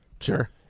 Sure